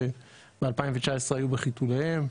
שב-2019 היו בחיתוליהן,